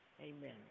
amen